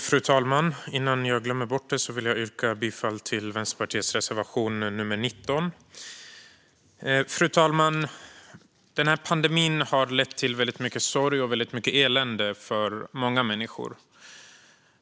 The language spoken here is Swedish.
Fru talman! Jag vill börja med att yrka bifall till Vänsterpartiets reservation nr 19. Den pågående pandemin har lett till väldigt mycket sorg och elände för många människor.